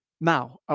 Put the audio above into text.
Now